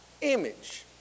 image